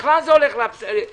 בכלל זה הולך להיפסק.